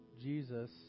Jesus